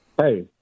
Hey